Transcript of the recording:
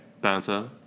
banter